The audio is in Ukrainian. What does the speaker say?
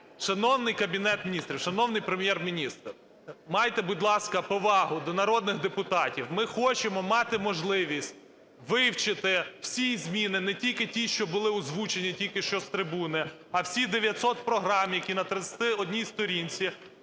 шановний Кабінет Міністрів, шановний Прем'єр-міністре, майте, будь ласка, повагу до народних депутатів. Ми хочемо мати можливість вивчити всі зміни, не тільки ті, що були озвучені тільки що з трибуни, а всі 900 програм, які на 31 сторінці,